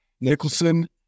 Nicholson